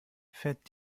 fährt